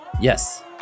Yes